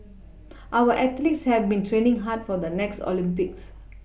our athletes have been training hard for the next Olympics